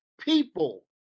People